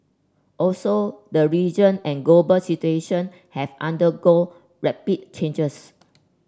also the region and global situation have undergone rapid changes